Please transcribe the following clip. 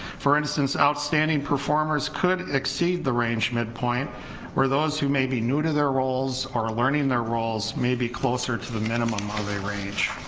for instance, outstanding performers could exceed the range midpoint where those who may be new to their roles or learning their roles may be closer to the minimum of a range